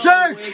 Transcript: Dirt